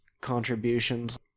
contributions